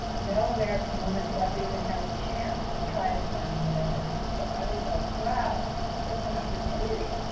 no american woman had ever even had a chance to try to climb mount everest. so i was like, wow, this is such an opportunity.